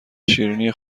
شیرینی